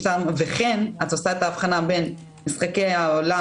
ב"וכן" את עושה את ההבחנה בין משחקי העולם